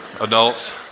Adults